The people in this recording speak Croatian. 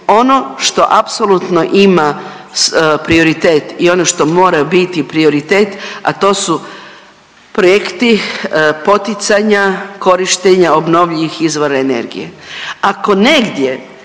Ono što apsolutno ima prioritet i ono što mora biti prioritet, a to projekti poticanja korištenje obnovljivih izvora energije.